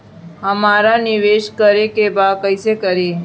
हमरा निवेश करे के बा कईसे करी?